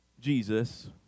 Jesus